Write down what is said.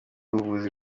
ubuvuzi